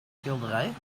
schilderij